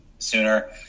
sooner